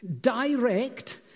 direct